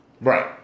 Right